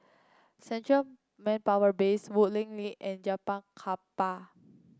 Central Manpower Base Woodleigh Link and Japang Kapal